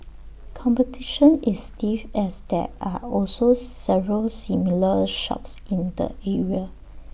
competition is stiff as there are also several similar shops in the area